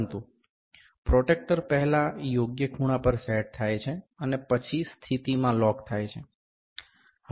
પરંતુ પ્રોટ્રેક્ટર પહેલા યોગ્ય ખૂણા પર સેટ થાય છે અને પછી સ્થિતિમાં લોક થાય છે